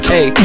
Hey